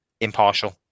impartial